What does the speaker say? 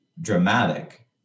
dramatic